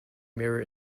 mirror